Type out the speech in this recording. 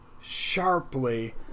sharply